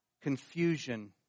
confusion